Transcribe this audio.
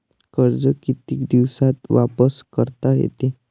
कर्ज कितीक दिवसात वापस करता येते?